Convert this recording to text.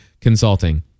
consulting